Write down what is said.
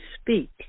speak